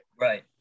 right